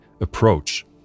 approach